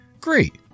Great